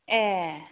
ए